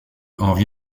henri